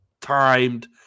timed